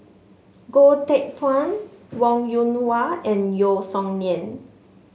Goh Teck Phuan Wong Yoon Wah and Yeo Song Nian